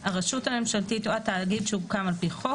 הרשות הממשלתית או התאגיד שהוקם על פי חוק,